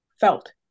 felt